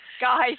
Guys